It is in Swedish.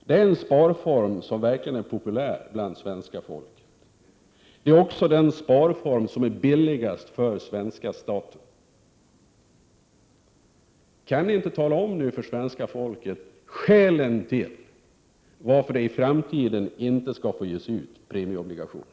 Det är en sparform som verkligen är populär bland svenska folket. Det är också den sparform som är billigast för svenska staten. Kan ni inte nu för svenska folket tala om skälen till att det i framtiden inte skall få ges ut premieobligationer?